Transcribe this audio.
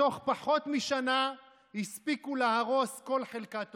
בתוך פחות משנה הספיקו להרוס כל חלקה טובה.